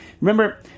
remember –